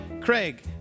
craig